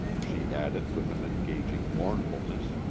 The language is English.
she added with an engaging mournfulness.